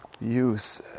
use